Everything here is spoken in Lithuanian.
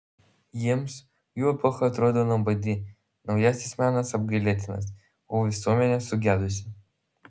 jiems jų epocha atrodo nuobodi naujasis menas apgailėtinas o visuomenė sugedusi